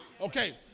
Okay